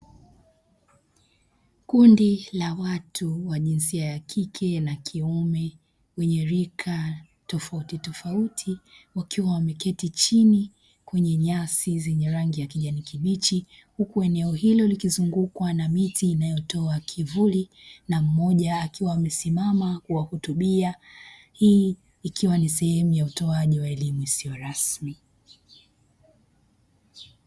Kundi la watu wa jinsia ya kike na kiume wenye rika tofauti tofauti wakiwa wameketi chini kwenye nyasi zenye rangi ya kijani kibichi huku eneo hilo likizungukwa na miti inayotoa kivuli na mmoja akiwa amesimama kuwahutubia, hii ikiwa ni sehemu ya utoaji wa elimu isiyo rasmi.